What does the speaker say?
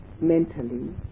mentally